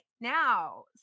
now